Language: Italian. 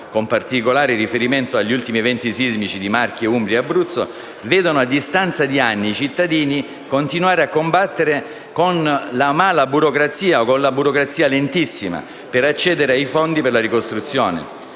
con particolare riferimento agli ultimi eventi sismici di Marche, Umbria e Abruzzo, vedono a distanza di anni i cittadini continuare a combattere con la malaburocrazia, cioè con una burocrazia lentissima, per accedere ai fondi per la ricostruzione.